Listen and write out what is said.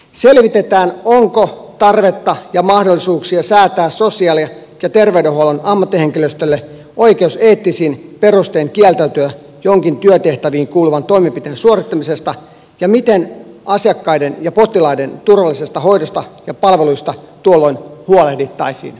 selvitetään onko tarvetta ja mahdollisuuksia säätää sosiaali ja terveydenhuollon ammattihenkilöstölle oikeus eettisin perustein kieltäytyä jonkin työtehtäviin kuuluvan toimenpiteen suorittamisesta ja miten asiakkaiden ja potilaiden turvallisesta hoidosta ja palveluista tuolloin huolehdittaisiin